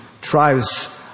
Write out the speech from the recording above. tribes